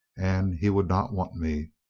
and he would not want me.